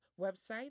website